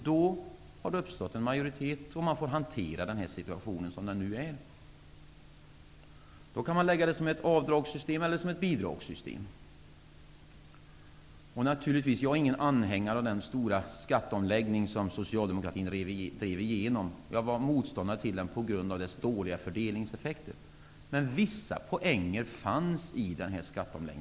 Det har uppstått en majorietet för förslaget, och vi får hantera situationen som den nu är. Man kan föreslå ett avdragssystem eller ett bidragssystem. Jag är ingen anhängare av den stora skatteomläggning som Socialdemokraterna drev igenom. Jag var motståndare till den på grund av dess dåliga fördelningseffekter. Men vissa poänger fanns i skatteomläggningen.